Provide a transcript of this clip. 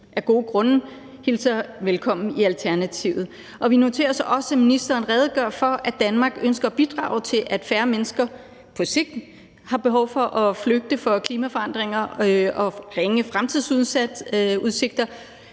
af gode grunde hilser velkommen i Alternativet. Og vi noterer os også, at ministeren redegør for, at Danmark ønsker at bidrage til, at færre mennesker på sigt har behov for at flygte fra klimaforandringer og ringe fremtidsudsigter